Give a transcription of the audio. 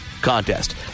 contest